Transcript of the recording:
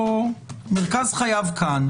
מרכז חייו כאן.